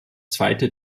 zweite